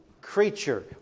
creature